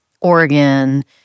Oregon